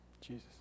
Jesus